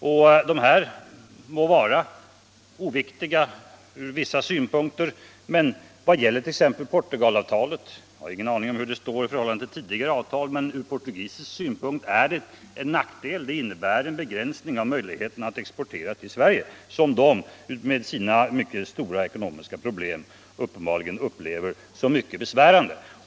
Dessa ingrepp må te sig oviktiga vart och ett för sig, men t.ex. Portugalavtalet — jag har ingen aning om hur det står i förhållande till debatt och valutapolitisk debatt tidigare avtal — medför från portugisisk synpunkt en nackdel. Det innebär en begränsning av möjligheterna att exportera till Sverige som portugiserna, med sina mycket stora ekonomiska problem, uppenbarligen upplever som mycket besvärande.